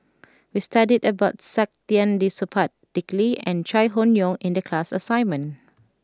we studied about Saktiandi Supaat Dick Lee and Chai Hon Yoong in the class assignment